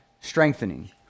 Strengthening